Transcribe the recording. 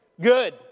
good